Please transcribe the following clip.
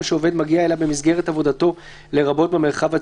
שעובד מגיע אליו במסגרת עבודתו לרבות במרחב הציבורי.